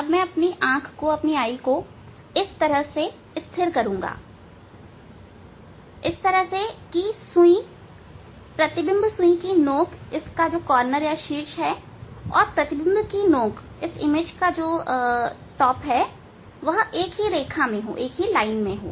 अब मैं अपनी आंख को को इस तरह स्थिर करूंगा कि सुई प्रतिबिंब सुई की नोक और प्रतिबिंब की नोक एक ही रेखा में हो